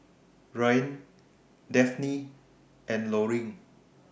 Rian Dafne and Loring